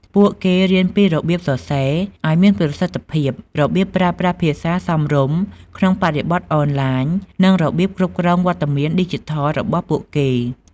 ពួកគេរៀនពីរបៀបសរសេរសារឱ្យមានប្រសិទ្ធភាព របៀបប្រើប្រាស់ភាសាសមរម្យក្នុងបរិបទអនឡាញ និងរបៀបគ្រប់គ្រងវត្តមានឌីជីថលរបស់ពួកគេ។